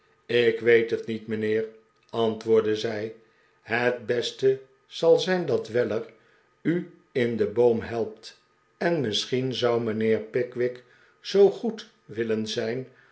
ik weet het niet mynheer r antwoordde zij het beste zal zijn dat weller u in den boom helpt en misschien zou mijnheer pickwick zoo goed willen zijn